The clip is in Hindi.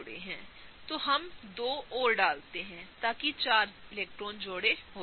तो अब हम दो और डालते हैंताकिचार इलेक्ट्रॉन जोड़े हों